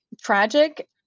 tragic